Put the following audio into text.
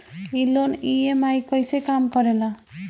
ई loan EMI कईसे काम करेला?